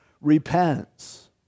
repents